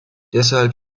deshalb